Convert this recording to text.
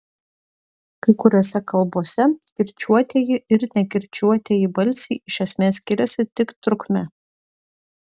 kai kuriose kalbose kirčiuotieji ir nekirčiuotieji balsiai iš esmės skiriasi tik trukme